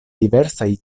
diversaj